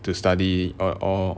to study or or